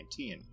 2019